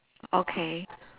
okay